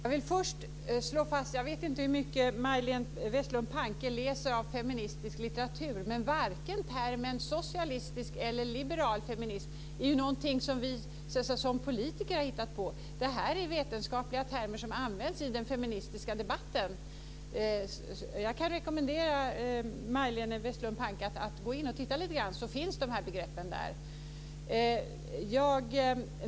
Herr talman! Jag vet inte hur mycket feministisk litteratur Majléne Westerlund Panke läser, men varken termen socialistisk eller liberal feminism är någonting som vi som politiker har hittat på. Det här är vetenskapliga termer som används i den feministiska debatten. Jag kan rekommendera Majléne Westerlund Panke att titta lite närmare på detta. Då kommer hon att se att begreppen finns där.